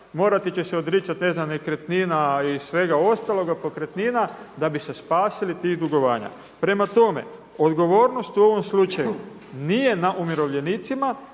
morati će se odricati ne znam nekretnina i svega ostaloga, pokretnina da bi se spasili tih dugovanja. Prema tome, odgovornost u ovom slučaju nije na umirovljenicima,